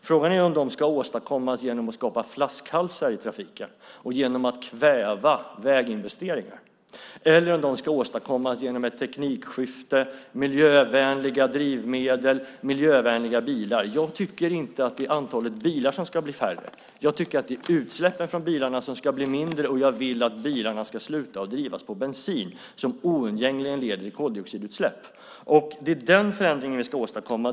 Frågan är om de ska åstadkommas genom att man skapar flaskhalsar i trafiken och kväver väginvesteringar eller om de ska åstadkommas genom ett teknikskifte, miljövänliga drivmedel och miljövänliga bilar. Jag tycker inte att det är antalet bilar som ska bli färre. Jag tycker att det är utsläppen från bilarna som ska bli mindre, och jag vill att bilarna ska sluta att drivas på bensin som oundgängligen leder till koldioxidutsläpp. Det är den förändringen vi ska åstadkomma.